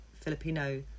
Filipino